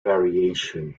variation